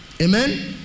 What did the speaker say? Amen